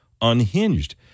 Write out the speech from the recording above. unhinged